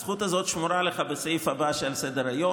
הזכות הזאת שמורה לך בסעיף הבא שעל סדר-היום,